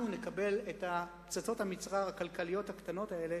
נקבל את פצצות המצרר הכלכליות הקטנות האלה